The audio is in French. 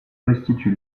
restitue